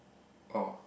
oh